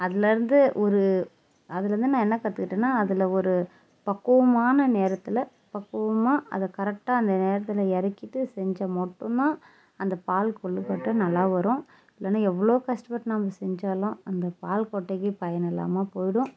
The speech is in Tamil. அதுலருந்து ஒரு அதுலருந்து நான் என்ன கற்றுக்குட்டன அதில் ஒரு பக்குவமான நேரத்தில் பக்குவமாக அதை கரெக்ட்டாக அந்த நேரத்தில் இறக்கிட்டு செஞ்ச மட்டும் தான் அந்த பால் கொல்லுக்கொட்டை நல்லா வரும் இல்லைனா எவ்வளோ கஷ்டபட்டு நம்ம செஞ்சாலும் அந்த பால் கொட்டைக்கு பயன் இல்லாமல் போய்விடும்